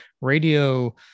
radio